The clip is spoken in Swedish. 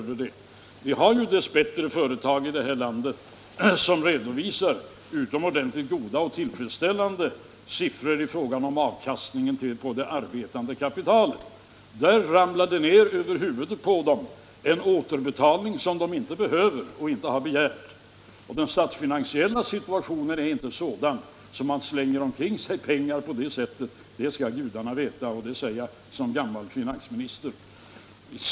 Vi har dess bättre företag i det här landet som redovisar utomordentligt goda och tillfredsställande siffror i fråga om avkastningen på det arbetande kapitalet. Där ramlar det ner över huvudet på dem en återbetalning som de inte behöver och inte har begärt. Och den statsfinansiella situationen är inte sådan att man slänger pengar omkring sig på det sättet — det skall gudarna veta, och det säger jag som gammal finansminister.